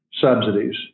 subsidies